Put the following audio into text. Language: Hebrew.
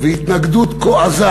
שהתנגדות כה עזה